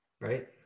right